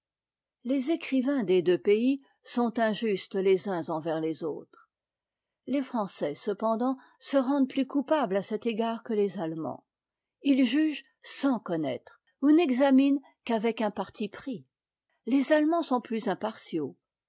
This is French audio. les écrivains des deux pays sont injustes les uns envers les autres les français cependant se rendent plus coupables à cet égard que les allemands ils jugent sans connaître ou n'examinent qu'avec un parti pris les allemands sont plus impartiaux